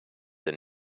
een